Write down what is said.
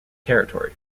territory